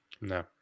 No